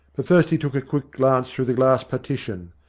but first he took a quick glance through the glass partition.